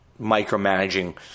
micromanaging